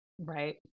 right